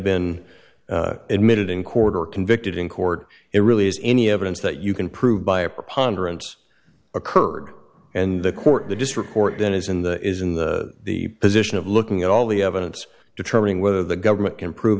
been admitted in court or convicted in court it really is any evidence that you can prove by a preponderance occurred and the court that just report then is in the is in the position of looking at all the evidence determining whether the government can prove